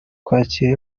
kwakira